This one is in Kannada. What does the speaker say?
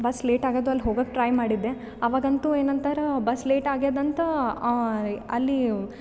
ಬಸ್ ಲೇಟ್ ಆಗೋದು ಅಲ್ಲಿ ಹೋಗೋಕ್ ಟ್ರೈ ಮಾಡಿದ್ದೆ ಆವಾಗಂತು ಏನು ಅಂತಾರ ಬಸ್ ಲೇಟ್ ಆಗ್ಯದೆ ಅಂತ ಅಲ್ಲಿ